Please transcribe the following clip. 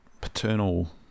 paternal